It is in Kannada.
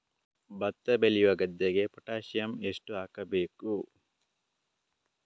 ಭತ್ತ ಬೆಳೆಯುವ ಗದ್ದೆಗೆ ಪೊಟ್ಯಾಸಿಯಂ ಎಷ್ಟು ಹಾಕಬೇಕು?